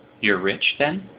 you're rich, then?